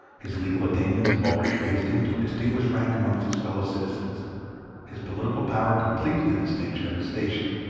his legal attainments have already raised him to a distinguished rank amongst his fellow-citizens his political power completes the distinction of his station,